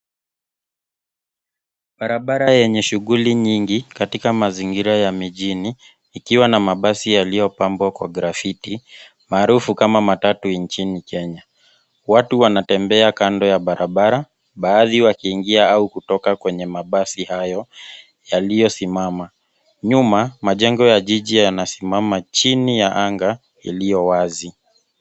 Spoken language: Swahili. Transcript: Barabara yenye shughuli nyingi, katika mazingira ya mijini, ikiwa na mabasi yaliyopambwa kwa grafiti, maarufu kama matatu nchini Kenya. Watu wanatembea kando ya barabara, baadhi wakiingia au kutoka kwenye mabasi hayo, yaliyosimama. Nyuma, majengo ya jiji yanasimama chini ya anga, iliyo wazi.